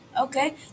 Okay